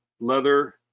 leather